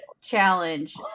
challenge